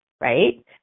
right